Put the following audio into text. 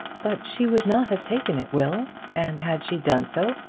but she would not have taken it, will. and had she done so,